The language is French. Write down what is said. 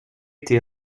été